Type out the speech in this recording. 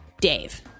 Dave